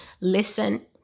listen